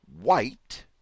White